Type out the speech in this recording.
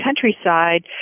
countryside